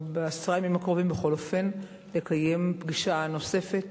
או בעשרה הימים הקרובים, לקיים פגישה נוספת